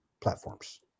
platforms